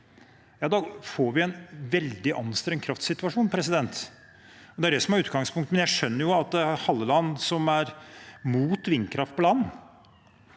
da får vi en veldig anstrengt kraftsituasjon. Det er det som er utgangspunktet. Men jeg skjønner jo at Halle land, som er mot vindkraft på land